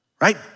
right